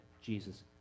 Jesus